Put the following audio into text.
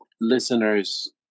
listeners